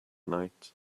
night